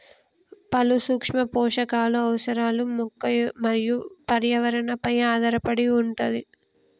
పలు సూక్ష్మ పోషకాలు అవసరాలు మొక్క మరియు పర్యావరణ పై ఆధారపడి వుంటది